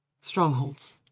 Strongholds